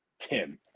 Tim